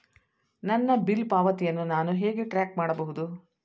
ನನ್ನ ಬಿಲ್ ಪಾವತಿಯನ್ನು ನಾನು ಹೇಗೆ ಟ್ರ್ಯಾಕ್ ಮಾಡಬಹುದು?